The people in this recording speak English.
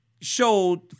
showed